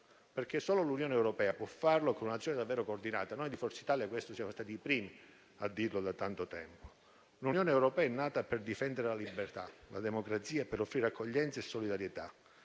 perché solo l'Unione europea può farlo con un'azione davvero coordinata. Noi di Forza Italia siamo stati i primi a dirlo, da tanto tempo. L'Unione europea è nata per difendere la libertà e la democrazia e per offrire accoglienza e solidarietà.